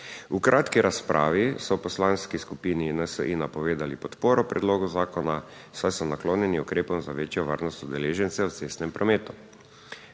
V kratki razpravi so v Poslanski skupini NSi napovedali podporo predlogu zakona, saj so naklonjeni ukrepom za večjo varnost udeležencev v cestnem prometu.